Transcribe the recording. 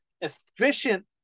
efficient